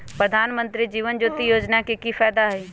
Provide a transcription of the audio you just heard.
प्रधानमंत्री जीवन ज्योति योजना के की फायदा हई?